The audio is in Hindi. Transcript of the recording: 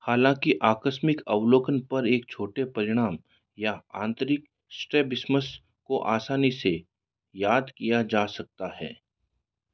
हालांकि आकस्मिक अवलोकन पर एक छोटे परिणाम या आंतरिक स्ट्रैबिस्मस को आसानी से याद किया जा सकता है